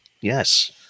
yes